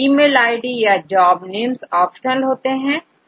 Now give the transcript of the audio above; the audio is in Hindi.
ईमेल आईडी और जॉब नेम्स ऑप्शनल होते हैं